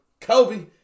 Kobe